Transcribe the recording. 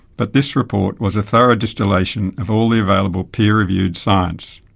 but this report was a thorough distillation of all the available peer reviewed science.